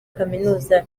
kaminuza